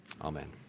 Amen